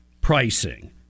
pricing